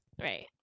Right